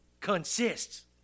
Consists